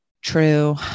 True